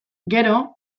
gero